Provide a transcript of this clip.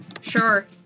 Sure